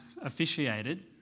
officiated